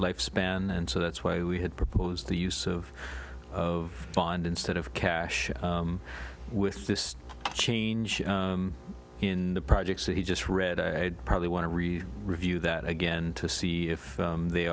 life span and so that's why we had proposed the use of of find instead of cash with this change in the projects he just read i had probably want to read review that again to see if they